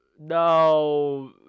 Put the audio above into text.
no